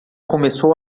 começou